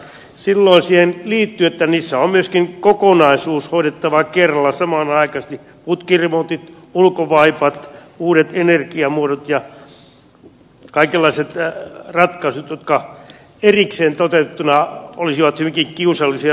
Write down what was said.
silloin siihen liittyy se että niissä on myöskin kokonaisuus hoidettava kerralla samanaikaisesti putkiremontit ulkovaipat uudet energiamuodot ja kaikenlaiset ratkaisut jotka erikseen toteutettuina olisivat hyvinkin kiusallisia ja pitkiä